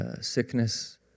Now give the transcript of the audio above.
sickness